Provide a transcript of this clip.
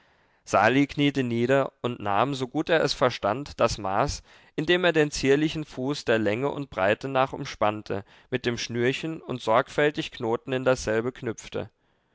sali kniete nieder und nahm so gut er es verstand das maß indem er den zierlichen fuß der länge und breite nach umspannte mit dem schnürchen und sorgfältig knoten in dasselbe knüpfte